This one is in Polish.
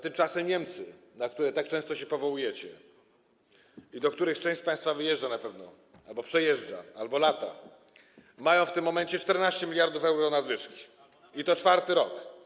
Tymczasem Niemcy, na które tak często się powołujecie i do których część z państwa wyjeżdża na pewno albo przez które przejeżdża, albo do których lata, mają w tym momencie 14 mld euro nadwyżki, i to czwarty rok.